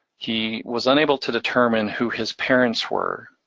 he was unable to determine who his parents were.